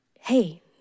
hey